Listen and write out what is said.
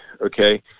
okay